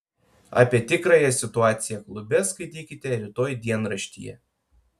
apie tikrąją situaciją klube skaitykite rytoj dienraštyje